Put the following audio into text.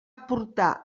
portar